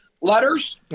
letters